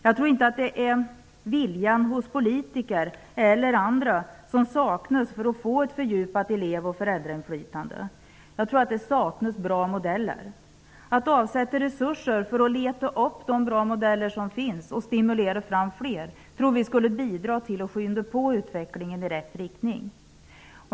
Jag tror inte att det är viljan hos bl.a. politiker som saknas när det gäller att åstadkomma ett fördjupat elev och föräldrainflytande. I stället är det nog bra modeller som saknas. Att avsätta resurser för att leta upp de bra modeller som finns och för att stimulera fram fler tror vi skulle bidra till att utvecklingen påskyndas i rätt riktning.